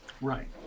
Right